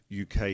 UK